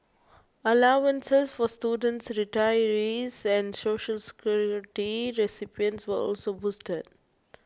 allowances for students retirees and Social Security recipients were also boosted